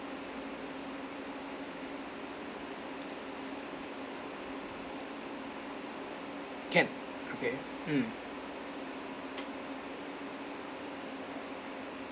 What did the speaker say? can okay mm